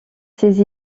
ses